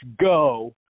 go